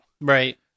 Right